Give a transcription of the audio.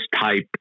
type